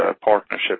partnership